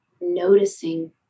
noticing